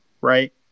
Right